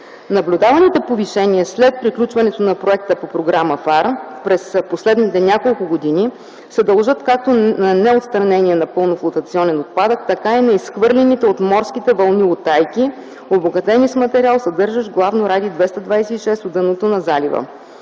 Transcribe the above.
Наблюдаваните повишения след приключването на проекта по програма ФАР през последните няколко години се дължат както на неотстранения напълно флотационен отпадък, така и на изхвърлените от морските вълни утайки, обогатени с материал, съдържащ главно радий-226 от дъното на залива.